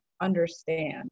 understand